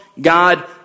God